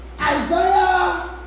Isaiah